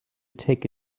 take